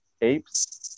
Apes